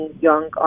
young